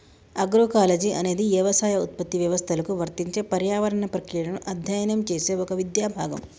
agroecology అనేది యవసాయ ఉత్పత్తి వ్యవస్థలకు వర్తించే పర్యావరణ ప్రక్రియలను అధ్యయనం చేసే ఒక విద్యా భాగం